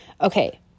okay